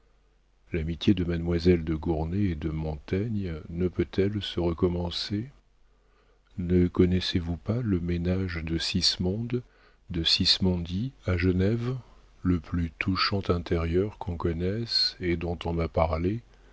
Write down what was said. l'amitié de mademoiselle de gournay et de montaigne ne peut-elle se recommencer ne connaissez-vous pas le ménage de sismonde de sismondi à genève le plus touchant intérieur que l'on connaisse et dont on m'a parlé